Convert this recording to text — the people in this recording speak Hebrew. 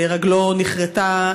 ורגלו נכרתה,